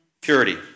Purity